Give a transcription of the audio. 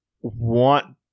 want